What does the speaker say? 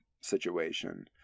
situation